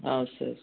సరే సార్